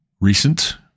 recent